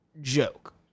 joke